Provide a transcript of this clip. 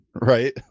right